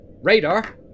Radar